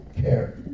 care